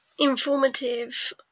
informative